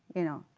you know,